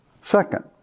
Second